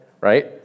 right